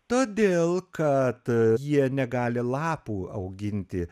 todėl kad jie negali lapų auginti